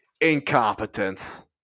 incompetence